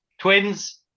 Twins